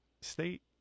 state